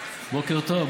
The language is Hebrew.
בוקר טוב.